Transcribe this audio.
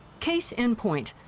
case in point.